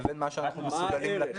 לבין מה שאנחנו מסוגלים לתת.